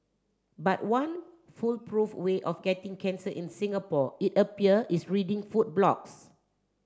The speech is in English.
but one foolproof way of getting cancer in Singapore it appear is reading food blogs